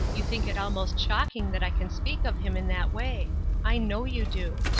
you think it almost shocking that i can speak of him in that way i know you do.